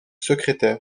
secrétaire